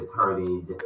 attorneys